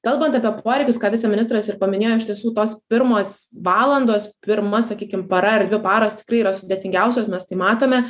kalbant apie poreikius ką viceministras ir paminėjo iš tiesų tos pirmos valandos pirma sakykim para ar dvi paros tikrai yra sudėtingiausios mes tai matome